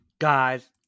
Guys